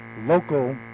local